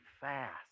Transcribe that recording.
fast